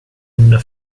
una